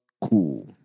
cool